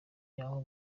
y’aho